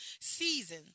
season